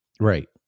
right